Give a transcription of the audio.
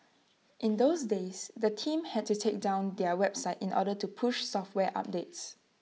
in those days the team had to take down their website in order to push software updates